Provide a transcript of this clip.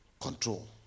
control